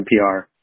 NPR